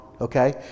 Okay